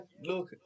Look